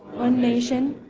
one nation,